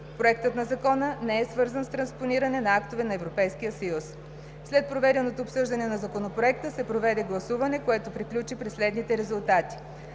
Проектът на законa не е свързан с транспониране на актове на Европейския съюз. След проведеното обсъждане на Законопроекта се проведе гласуване, което приключи при следните резултати: